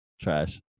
trash